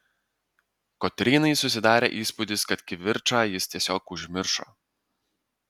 kotrynai susidarė įspūdis kad kivirčą jis tiesiog užmiršo